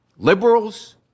Liberals